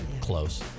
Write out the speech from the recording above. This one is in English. close